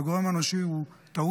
כי הגורם האנושי הוא טעות,